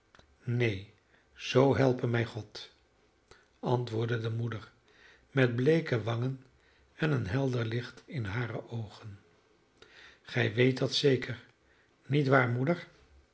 neen zoo helpe mij god antwoordde de moeder met bleeke wangen en een helder licht in hare oogen gij weet dat zeker niet waar moeder